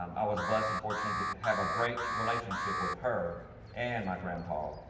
um i was but and fortunate to have a great relationship with her and my grandpa,